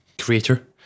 creator